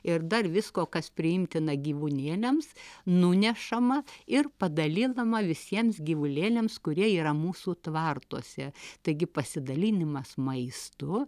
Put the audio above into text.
ir dar visko kas priimtina gyvūnėliams nunešama ir padalinama visiems gyvulėliams kurie yra mūsų tvartuose taigi pasidalinimas maistu